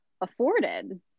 afforded